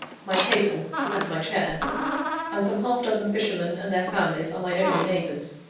my table, and my chair and some half-dozen fishermen and their families are my only neighbours.